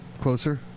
Closer